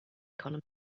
economy